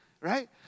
Right